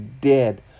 dead